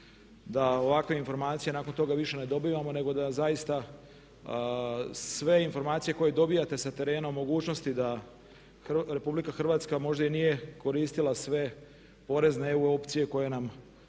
da ovakve informacije nakon toga više ne dobivamo nego da zaista sve informacije koje dobivate sa terena o mogućnosti da Republika Hrvatska možda i nije koristila sve porezne EU opcije koje nam